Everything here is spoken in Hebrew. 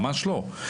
ממש לא.